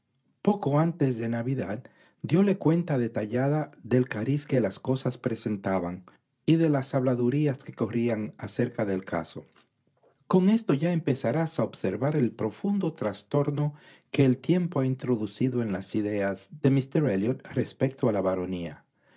poco antes de navidad dióle cuenta detallada del cariz que las cosas presentaban y de las habladurías que corrían acerca del caso con esto ya empezarás a observar el profundo trastorno que el tiempo ha introducido en las ideas de míster elliot respecto a la baronía